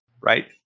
right